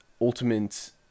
ultimate